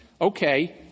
okay